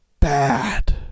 Bad